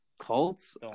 Colts